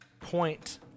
point